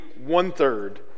one-third